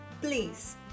Please